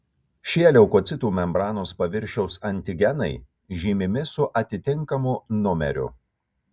šie leukocitų membranos paviršiaus antigenai žymimi su atitinkamu numeriu